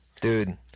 Dude